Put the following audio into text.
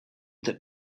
that